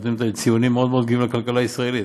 שנותנות ציונים מאוד מאוד גבוהים לכלכלה הישראלית.